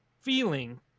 feeling